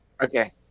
Okay